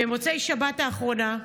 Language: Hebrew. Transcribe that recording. במוצאי שבת האחרונה,